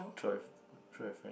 show your show your friend